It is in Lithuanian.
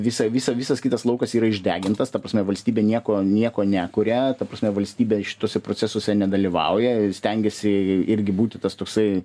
visa visa visas kitas laukas yra išdegintas ta prasme valstybė nieko nieko nekuria ta prasme valstybė šituose procesuose nedalyvauja stengiasi irgi būti tas toksai